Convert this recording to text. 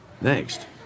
Next